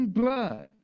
blood